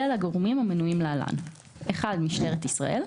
אלא לגורמים המנויים להלן: (1)משטרת ישראל,